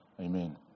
Amen